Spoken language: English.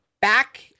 back